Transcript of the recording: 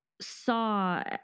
saw